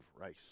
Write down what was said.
rice